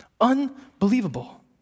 Unbelievable